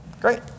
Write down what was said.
Great